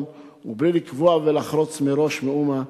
ובלי לקבוע ולחרוץ מראש מאומה,